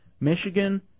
Michigan